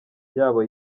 yabo